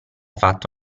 fatta